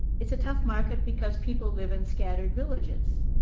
it's a tough market because people live in scattered villages.